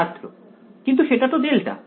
ছাত্র কিন্তু সেটাতো ডেল্টা